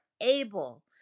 able